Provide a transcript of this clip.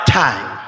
time